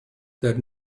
that